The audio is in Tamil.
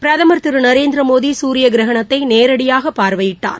பிரதமர் திருநரேந்திமோடிசூரியகிரகணத்தைநேரடியாகபார்வையிட்டார்